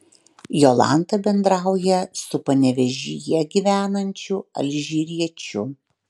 jolanta bendrauja su panevėžyje gyvenančiu alžyriečiu